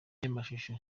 y’amashusho